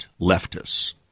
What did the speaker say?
leftists